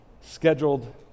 scheduled